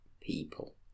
people